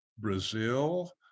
Brazil